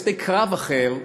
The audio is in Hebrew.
שדה קרב אחר,